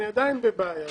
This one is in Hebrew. אני עדיין בבעיה.